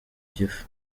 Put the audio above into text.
gifu